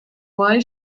why